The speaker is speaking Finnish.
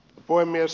puhemies